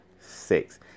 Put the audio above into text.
six